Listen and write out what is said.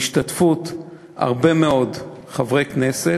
בהשתתפות הרבה מאוד חברי כנסת,